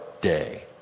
day